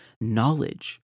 knowledge